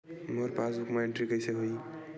मोर passbook मा entry कइसे होही?